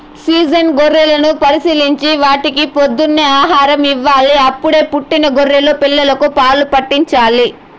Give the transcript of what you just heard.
season గొర్రెలను పరిశీలించి వాటికి పొద్దున్నే ఆహారం ఇవ్వాలి, అప్పుడే పుట్టిన గొర్రె పిల్లలకు పాలు పాట్టించాలి